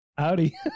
Howdy